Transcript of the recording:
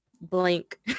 blank